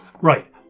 Right